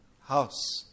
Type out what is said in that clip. house